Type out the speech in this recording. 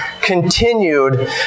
continued